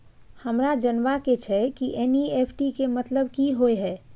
हमरा जनबा के छै की एन.ई.एफ.टी के मतलब की होए है?